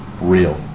real